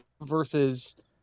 versus